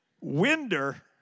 Winder